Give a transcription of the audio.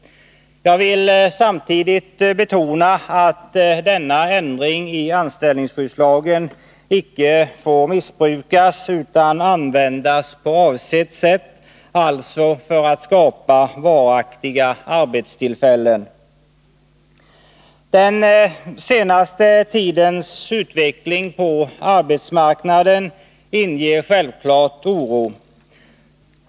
Jag vill samtidigt betona att denna ändring i anställningsskyddslagen icke får missbrukas utan måste användas på avsett sätt, alltså för att skapa varaktiga arbetstillfällen. Den senaste tidens utveckling på arbetsmarknaden inger naturligtvis oro.